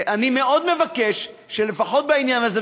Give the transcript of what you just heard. אני מאוד מבקש שלפחות בעניין הזה,